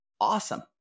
awesome